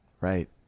Right